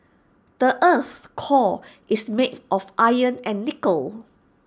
the Earth's core is made of iron and nickel